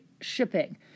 shipping